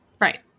Right